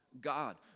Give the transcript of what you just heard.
God